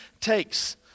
takes